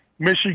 Michigan